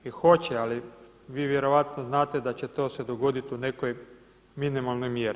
I hoće ali vi vjerojatno znate da će to se dogoditi u nekoj minimalnoj mjeri.